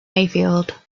mayfield